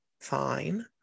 fine